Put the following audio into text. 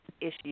issues